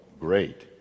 great